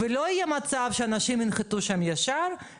אחד החטאים, וזה לא למשרד החינוך אבל